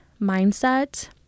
mindset